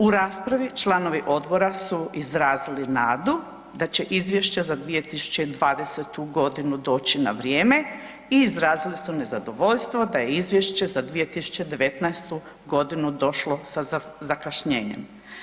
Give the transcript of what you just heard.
U raspravi članovi odbora su izrazili nadu da će izvješće za 2020.g. doći na vrijeme i izrazili su nezadovoljstvo da je izvješće za 2019.g. došlo sa zakašnjenjem.